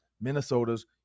Minnesota's